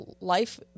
life